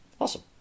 Awesome